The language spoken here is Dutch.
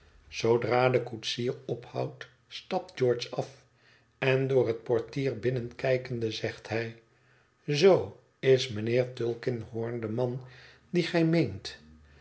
zoodra de koetsier ophoudt stapt george af en door het portier binnenkijkende zegt hij zoo is mijnheer tulkinghorn de man dien gij meent